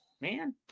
Man